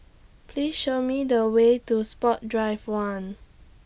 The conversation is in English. Please Show Me The Way to Sports Drive one